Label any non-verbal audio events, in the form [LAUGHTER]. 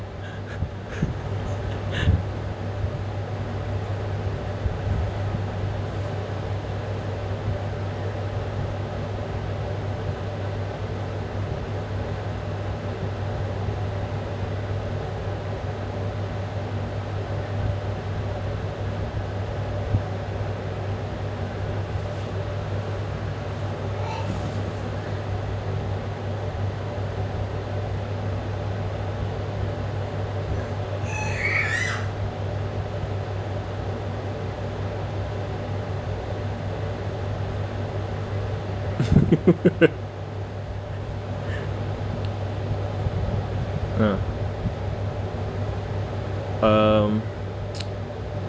[LAUGHS] ah um [NOISE]